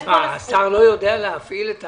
השר לא יודע להפעיל את האנשים?